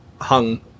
hung